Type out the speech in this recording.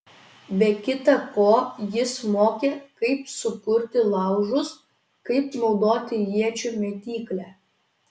be kita ko jis mokė kaip sukurti laužus kaip naudoti iečių mėtyklę